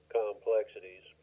complexities